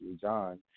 John